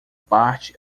parte